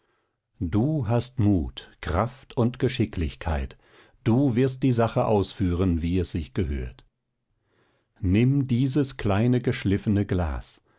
du hast mut kraft und geschicklichkeit du wirst die sache ausführen wie es sich gehört nimm dieses kleine geschliffene glas